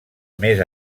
més